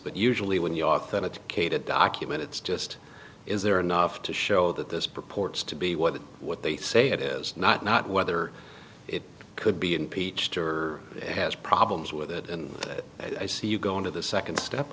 but usually when you authenticated document it's just is there enough to show that this purports to be what what they say it is not not whether it could be impeached or has problems with it and i see you go into the second step